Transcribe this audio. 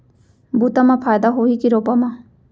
बुता म फायदा होही की रोपा म?